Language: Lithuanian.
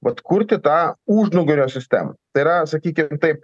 vat kurti tą užnugario sistemą tai yra sakykim taip